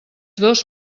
dos